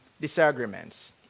disagreements